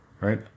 right